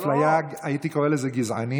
אפליה, הייתי קורא לזה גזענית,